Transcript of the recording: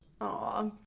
Aw